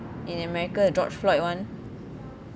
in america george floyd one